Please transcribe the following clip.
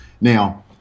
now